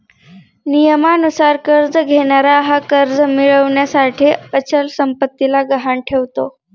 नियमानुसार कर्ज घेणारा हा कर्ज मिळविण्यासाठी अचल संपत्तीला गहाण ठेवतो